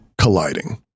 colliding